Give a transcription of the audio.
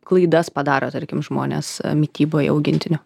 klaidas padaro tarkim žmonės mityboje augintinio